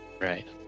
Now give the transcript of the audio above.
Right